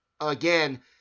again